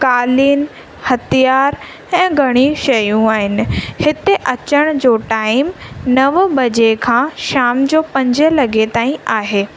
कालिन हथियारु ऐं घणेई शयूं आहिनि हिते अचण जो टाइम नव बजे खां शाम जो पंज लॻे ताईं आहे